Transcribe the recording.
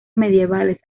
medievales